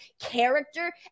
character